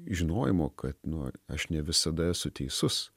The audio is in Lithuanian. žinojimo kad nu aš ne visada esu teisus